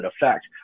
effect